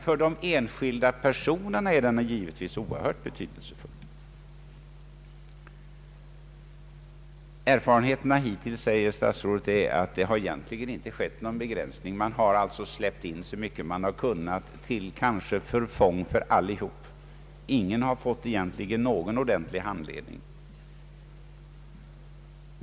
För de enskilda personerna är den emellertid oerhört betydelsefull. Statsrådet säger att erfarenheterna visat att det hittills egentligen inte skett någon begränsning. Man har släppt in så många man kunnat, kanske till förfång för alla, därför att egentligen ingen har kunnat få någon ordentlig handledning.